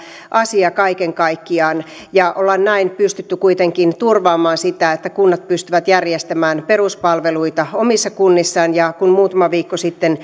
asia kaiken kaikkiaan olemme näin pystyneet kuitenkin turvaamaan sitä että kunnat pystyvät järjestämään peruspalveluita omissa kunnissaan ja kun muutama viikko sitten